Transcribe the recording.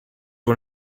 one